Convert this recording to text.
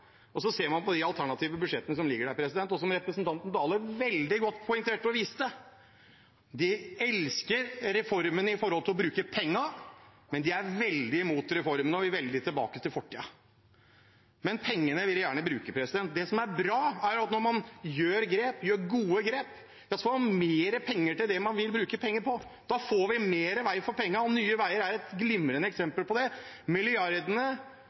og så ser man på de alternative budsjettene som ligger her. Som representanten Dale veldig godt poengterte og viste: De elsker reformen når det gjelder å bruke pengene, men de er veldig imot reformen nå og vil endelig tilbake til fortiden. Pengene vil de gjerne bruke. Det som er bra, er at når man tar gode grep, så får man mer penger til det man vil bruke penger på, da får vi mer vei for pengene. Nye Veier er et glimrende eksempel på det. Milliardene